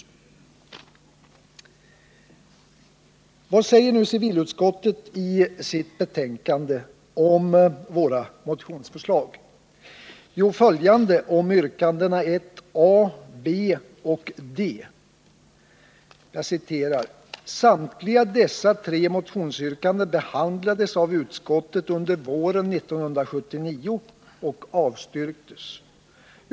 Vad säger nu civilutskottet i sitt betänkande om våra motionsförslag? Jo, följande om yrkandena 1 a, b och d: ”Samtliga dessa tre motionsyrkanden behandlades av utskottet under våren 1979 och avstyrktes ———.